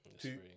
two